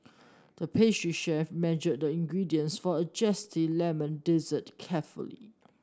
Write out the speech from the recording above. the pastry chef measured the ingredients for a zesty lemon dessert carefully